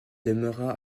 demeura